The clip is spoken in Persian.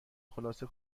خلاصه